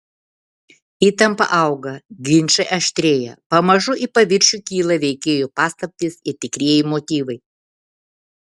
įtampa auga ginčai aštrėja pamažu į paviršių kyla veikėjų paslaptys ir tikrieji motyvai